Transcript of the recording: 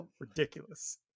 Ridiculous